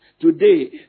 Today